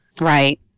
Right